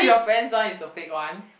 friends one is a fake one